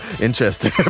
Interesting